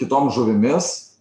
kitom žuvimis